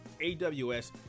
aws